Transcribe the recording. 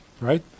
Right